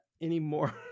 anymore